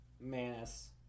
Manus